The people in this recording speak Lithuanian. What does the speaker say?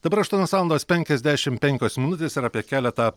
dabar aštuonios valandos penkiasdešimt penkios minutės ir apie keletą